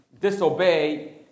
disobey